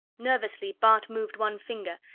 nervously bart moved one finger,